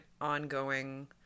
ongoing